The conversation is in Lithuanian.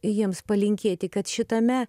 jiems palinkėti kad šitame